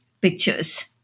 pictures